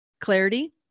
clarity